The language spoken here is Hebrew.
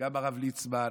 גם הרב ליצמן,